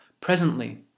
Presently